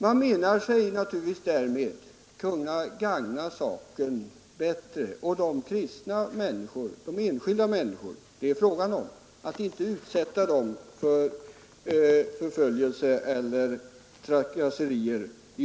Man menar sig naturligtvis därmed kunna gagna saken bättre och inte i onödan utsätta enskilda människor för förföljelse eller trakasserier.